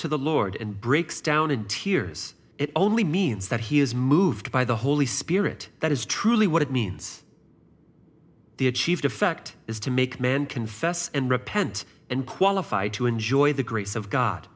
to the lord and breaks down in tears it only means that he is moved by the holy spirit that is truly what it means the achieved effect is to make man confess and repent and qualify to enjoy the grace of god